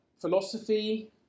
philosophy